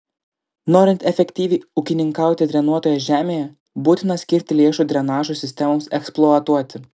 norint efektyviai ūkininkauti drenuotoje žemėje būtina skirti lėšų drenažo sistemoms eksploatuoti